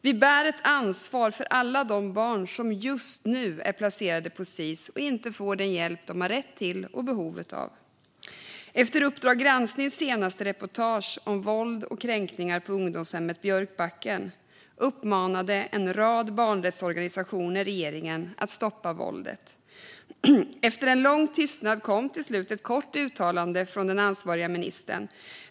Vi har ett ansvar för alla de barn som just nu är placerade på Sis ungdomshem och inte får den hjälp de har rätt till och behov av. Efter Uppdrag gransknings senaste reportage om våld och kränkningar på ungdomshemmet Björkbacken uppmanade en rad barnrättsorganisationer regeringen att stoppa våldet. Efter en lång tystnad kom till slut ett kort uttalande från den ansvariga ministern.